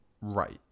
Right